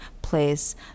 place